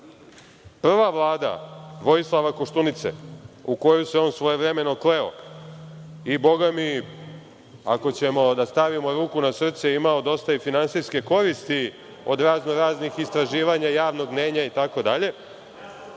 Prva Vlada Vojislava Koštunice, u koju se on svojevremeno kleo, bogami, ako ćemo da stavimo ruku na srce, imao dosta i finansijske koristi od raznoraznih istraživanja, javnog mnenja